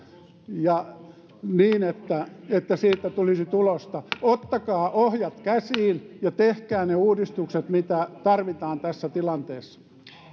ja niin että että siitä tulisi tulosta ottakaa ohjat käsiin ja tehkää ne uudistukset mitä tarvitaan tässä tilanteessa